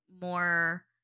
more